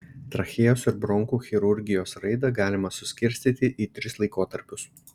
trachėjos ir bronchų chirurgijos raidą galima suskirstyti į tris laikotarpius